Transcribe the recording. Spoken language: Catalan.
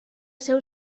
seu